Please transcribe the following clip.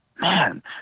Man